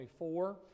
24